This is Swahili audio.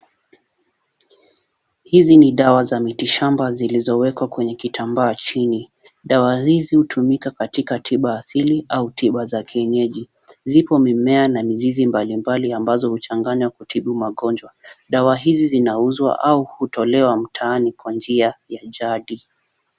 Hizi ni dawa za miti shamba zilizowekwa kwenye kitambaa chini. Dawa hizi hutumika katika tiba asili au tiba za kienyeji. Zipo mimea na mizizi mbalimbali ambazo huchanganya kutibu magonjwa. Dawa hizi zinauzwa au hutolewa mtaani kwa njia ya jadi.